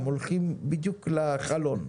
הם הולכים בדיוק לחלון.